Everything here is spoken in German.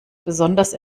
besonders